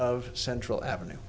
of central avenue